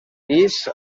pis